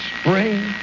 spring